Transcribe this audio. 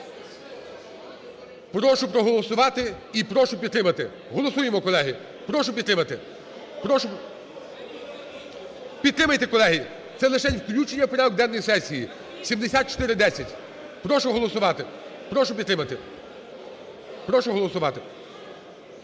Прошу проголосувати і прошу підтримати. Голосуємо, колеги! Прошу підтримати. Прошу… Підтримайте, колеги, це лишень включення у порядок денний сесії: 7410. Прошу голосувати, прошу підтримати. Прошу голосувати.